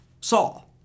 Saul